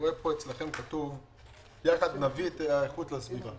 כתוב בניירות שלכם: "יחד נביא את האיכות לסביבה".